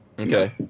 Okay